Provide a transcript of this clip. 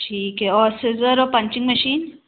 ठीक है और सिज़र और पंचिंग मशीन